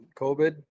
COVID